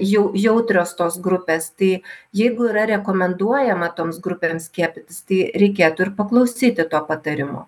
jau jautrios tos grupės tai jeigu yra rekomenduojama toms grupėms skiepytis tai reikėtų ir paklausyti to patarimo